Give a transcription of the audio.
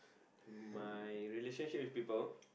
my relationship with people